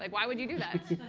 like why would you do that?